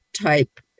type